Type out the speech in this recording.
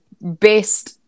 best